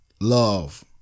love